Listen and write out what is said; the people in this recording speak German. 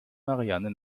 marianne